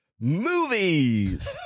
Movies